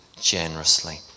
generously